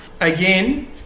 Again